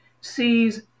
sees